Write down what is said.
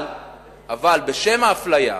אבל בשם האפליה,